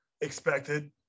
expected